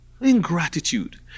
Ingratitude